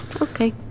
Okay